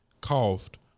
coughed